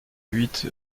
huit